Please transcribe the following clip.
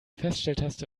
feststelltaste